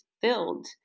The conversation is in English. filled